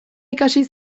ikasi